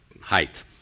height